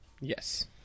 yes